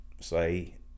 say